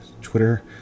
Twitter